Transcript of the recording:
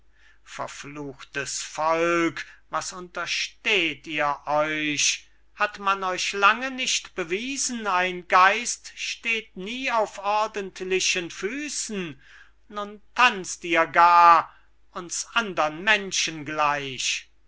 verfluchtes volk was untersteht ihr euch hat man euch lange nicht bewiesen ein geist steht nie auf ordentlichen füßen nun tanzt ihr gar uns andern menschen gleich